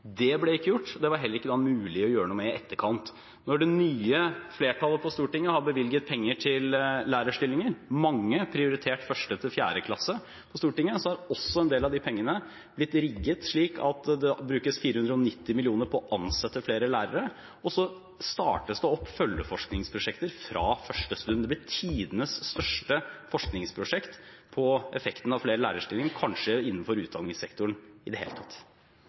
heller ikke mulig å gjøre noe med det i etterkant. Når det nye flertallet på Stortinget har bevilget penger til lærerstillinger – mange prioritert 1.–4. klasse – har også mange av de pengene blitt rigget slik at det brukes 490 mill. kr på å ansette flere lærere, og så startes det opp følgeforskningsprosjekter fra første stund. Det blir tidenes største forskningsprosjekt om effekten av flere lærerstillinger, kanskje innenfor utdanningssektoren i det hele tatt.